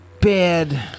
bad